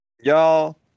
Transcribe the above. Y'all